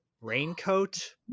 raincoat